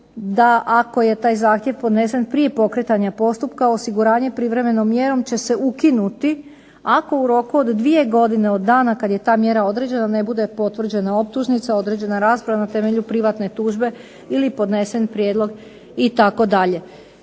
da ako je taj zahtjev podnesen prije pokretanja postupka osiguranje privremenom mjerom će se ukinuti ako u roku od 2 godine od dana kad je ta mjera određena ne bude potvrđena optužnica, određena rasprava na temelju privatne tužbe ili podnesen prijedlog itd.